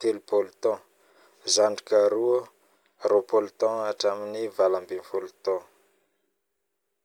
telopolo taogno, zandriko aro magnodidigny roapolo taogna hatramin'ny valo ambin'ny folo taogno